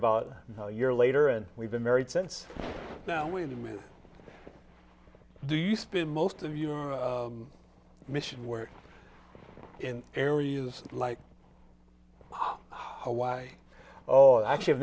about a year later and we've been married since now we moved do you spend most of your mission work in areas like hawaii oh actually i've